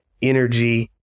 energy